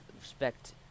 respect